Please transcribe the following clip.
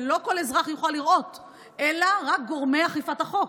שלא כל אזרח יוכל לראות אלא רק גורמי אכיפת החוק,